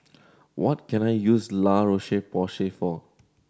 what can I use La Roche Porsay for